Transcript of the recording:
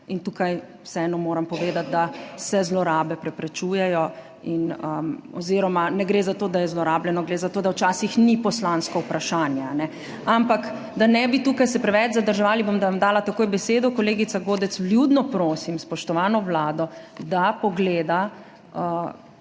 Tukaj vseeno moram povedati, da se zlorabe preprečujejo oziroma ne gre za to, da je zlorabljeno, gre za to, da včasih ni poslansko vprašanje. Ampak da se ne bi tukaj preveč zadrževali – vam bom dala takoj besedo, kolegica Godec – vljudno prosim spoštovano vlado, da pogleda,